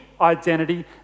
identity